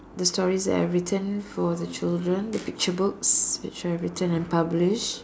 the stories that I've written for the children the picture books which I written and published